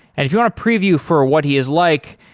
and if you want a preview for what he is like,